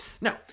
Now